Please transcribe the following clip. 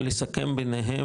לסכם בינהם,